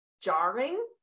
jarring